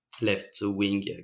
left-wing